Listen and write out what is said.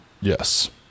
yes